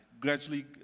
gradually